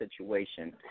situation